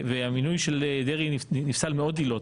המינוי של דרעי נפסלך מעוד עילות.